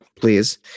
please